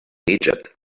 egypt